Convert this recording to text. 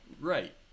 Right